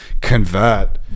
convert